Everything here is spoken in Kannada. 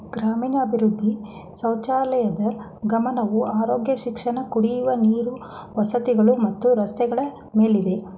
ಗ್ರಾಮೀಣಾಭಿವೃದ್ಧಿ ಸಚಿವಾಲಯದ್ ಗಮನವು ಆರೋಗ್ಯ ಶಿಕ್ಷಣ ಕುಡಿಯುವ ನೀರು ವಸತಿಗಳು ಮತ್ತು ರಸ್ತೆಗಳ ಮೇಲಿದೆ